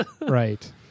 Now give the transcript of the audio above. right